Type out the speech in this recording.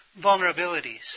vulnerabilities